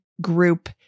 group